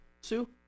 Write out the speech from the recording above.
Sue